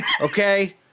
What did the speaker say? okay